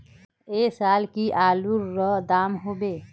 ऐ साल की आलूर र दाम होबे?